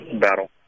battle